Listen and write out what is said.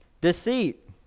Deceit